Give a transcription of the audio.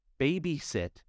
Babysit